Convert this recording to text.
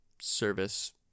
service